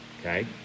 okay